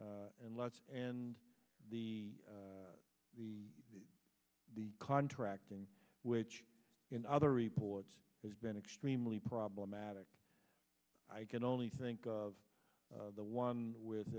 and let's and the the the contracting which in other reports has been extremely problematic i can only think of the one with